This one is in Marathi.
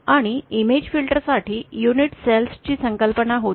आणि इमेज फिल्टर साठी युनिट सेल ची संकल्पना होती